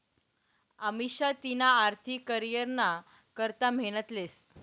अमिषा तिना आर्थिक करीयरना करता मेहनत लेस